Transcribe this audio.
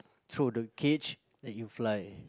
throw the cage let it fly